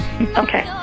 Okay